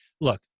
look